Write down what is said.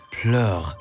Pleure